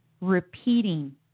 repeating